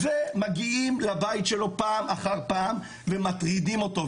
ומגיעים לבית שלו פעם אחר פעם ומטרידים אותו.